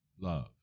love